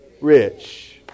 rich